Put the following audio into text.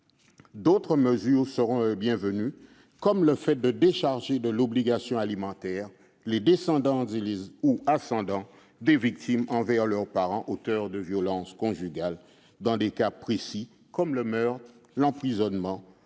d'autres mesures seront les bienvenues, comme le fait de décharger de l'obligation alimentaire les descendants ou ascendants des victimes envers les parents auteurs de violences conjugales dans des cas précis comme le meurtre, l'empoisonnement,